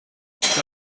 für